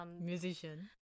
musician